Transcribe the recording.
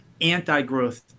anti-growth